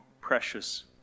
precious